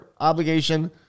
obligation